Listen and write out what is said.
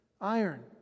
Iron